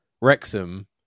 Wrexham